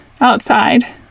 outside